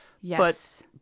Yes